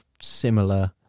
similar